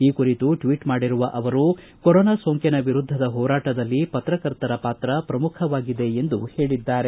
ಈ ಕುರಿತು ಟ್ವೀಟ್ ಮಾಡಿರುವ ಅವರು ಕೊರೊನಾ ಸೋಂಕಿನ ವಿರುದ್ದದ ಹೋರಾಟದಲ್ಲಿ ಪತ್ರಕರ್ತರ ಪಾತ್ರ ಪ್ರಮುಖವಾಗಿದೆ ಎಂದು ಹೇಳಿದ್ದಾರೆ